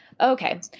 Okay